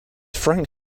frank